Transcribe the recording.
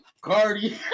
Cardi